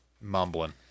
mumbling